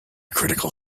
critical